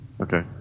Okay